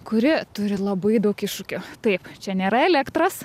kuri turi labai daug iššūkių taip čia nėra elektros